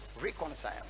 reconcile